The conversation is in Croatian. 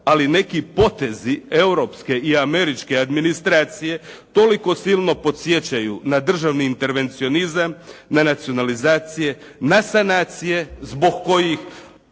ali neki potezi Europske ili američke administracije toliko silno podsjećaju na državni intervencionizam, na nacionalizacije, na sanacije, zbog kojih